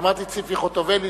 אמרתי ציפי חוטובלי.